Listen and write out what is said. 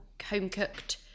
home-cooked